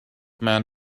man